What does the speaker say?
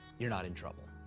you're not in trouble.